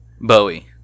Bowie